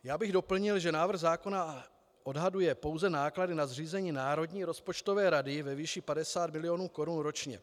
Já bych doplnil, že návrh zákona odhaduje pouze náklady na zřízení Národní rozpočtové rady ve výši 50 milionů korun ročně.